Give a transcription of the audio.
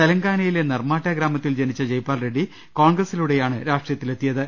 തെലങ്കാനയിലെ നെർമാട്ടെ ഗ്രാമത്തിൽ ജനിച്ച ജയ്പാൽ റെഡ്സി കോൺഗ്രസ്സിലൂടെയാണ് രാഷ്ട്രീയത്തിലെത്തിയത്